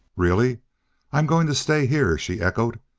really i'm going to stay here, she echoed,